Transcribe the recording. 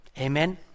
Amen